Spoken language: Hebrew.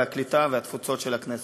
הקליטה והתפוצות של הכנסת.